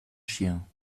chiens